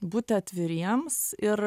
būti atviriems ir